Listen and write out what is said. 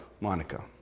Monica